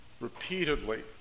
repeatedly